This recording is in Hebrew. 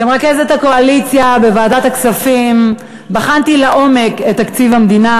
כמרכזת הקואליציה בוועדת הכספים בחנתי לעומק את תקציב המדינה,